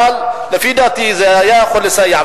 אבל לפי דעתי זה היה יכול לסייע.